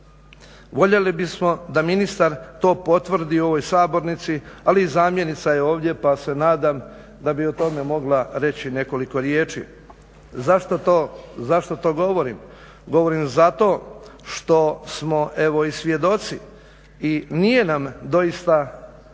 Voljeli bismo da ministar to potvrdi u ovoj sabornici ali i zamjenica je ovdje pa se nadam da bi o tome mogla reći nekoliko riječi. Zašto to govorim? Govorim zato što smo evo i svjedoci i nije nam doista